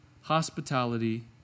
hospitality